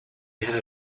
had